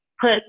put